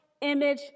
image